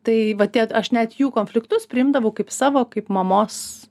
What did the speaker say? tai va tie aš net jų konfliktus priimdavau kaip savo kaip mamos